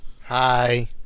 Hi